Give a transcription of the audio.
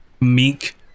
meek